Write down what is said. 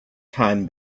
time